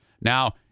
Now